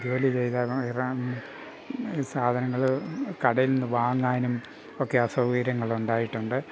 ഈ ജോലി ചെയ്താലോ സാധനങ്ങൾ കടയിൽ നിന്ന് വാങ്ങാനും ഒക്കെ അസൗകര്യങ്ങൾ ഉണ്ടായിട്ടുണ്ട്